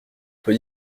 peut